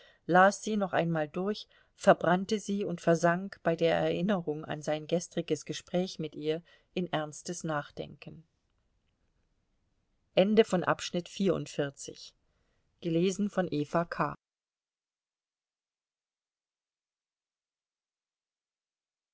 las sie noch einmal durch verbrannte sie und versank bei der erinnerung an sein gestriges gespräch mit ihr in ernstes nachdenken